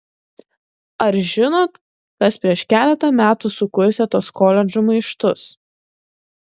ar žinot kas prieš keletą metų sukurstė tuos koledžų maištus